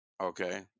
Okay